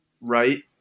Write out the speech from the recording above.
Right